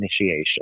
initiation